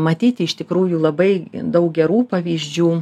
matyti iš tikrųjų labai daug gerų pavyzdžių